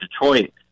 Detroit